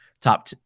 top